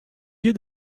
you